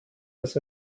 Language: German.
dass